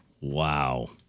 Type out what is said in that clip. wow